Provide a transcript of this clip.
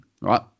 right